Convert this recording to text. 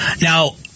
Now